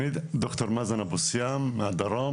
אני ד"ר מאזן אבו סיאם, מהדרום.